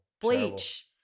Bleach